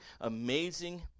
amazing